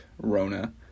Rona